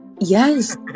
yes